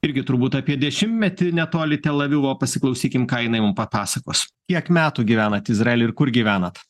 irgi turbūt apie dešimtmetį netoli tel avivo pasiklausykim ką jinai mum papasakos kiek metų gyvenat izraely ir kur gyvenat